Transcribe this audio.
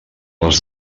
les